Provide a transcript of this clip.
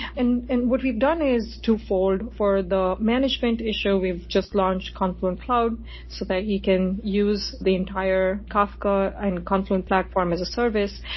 and and what we've done is two-fold. for the management issue, we've just launched confluent cloud so that you can use the entire kafka and confluent platform as a service.